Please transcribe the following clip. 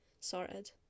Sorted